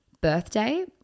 birthday